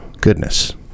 Goodness